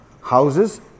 houses